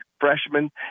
freshmen